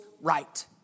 right